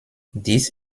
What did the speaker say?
dies